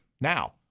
now